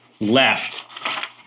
left